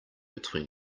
between